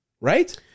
Right